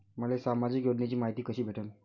मले सामाजिक योजनेची मायती कशी भेटन?